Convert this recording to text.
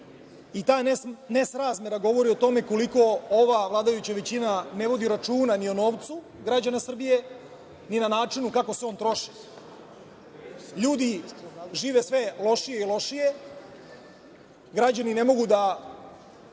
Ta nesrazmera govori o tome koliko ova vladajuća većina ne vodi računa ni o novcu građana Srbije i o načinu na koji se on troši. Ljudi žive sve lošije i lošije, građani ne mogu da